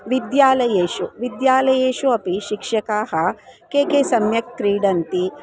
विद्यालयेषु विद्यालयेषु अपि शिक्षकाः के के सम्यक् क्रीडन्ति